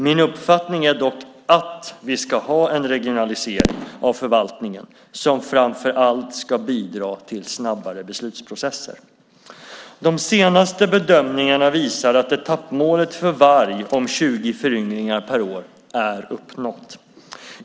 Min uppfattning är dock att vi ska ha en regionalisering av förvaltningen som framför allt ska bidra till snabbare beslutsprocesser. De senaste bedömningarna visar att etappmålet för varg om 20 föryngringar per år är uppnått.